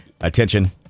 attention